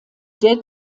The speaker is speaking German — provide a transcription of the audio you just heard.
dead